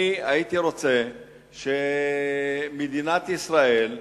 אני הייתי רוצה שמדינת ישראל,